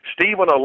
Stephen